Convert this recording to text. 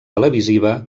televisiva